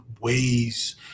ways